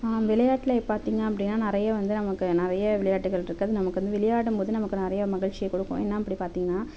விளையாட்டில் பார்த்தீங்க அப்படின்னா நிறைய வந்து நமக்கு நிறைய விளையாட்டுகளிருக்கு அது வந்து நமக்கு வந்து விளையாடும் போது நமக்கு நிறைய மகிழ்ச்சியை கொடுக்கும் என்ன அப்படினு பார்த்தீங்கனா